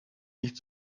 nicht